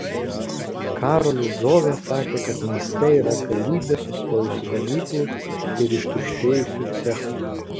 karolis zovė sakė kad mieste yra galybė sustojusių gamyklų ir ištuštėjusių cechų